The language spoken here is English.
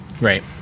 Right